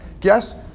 Guess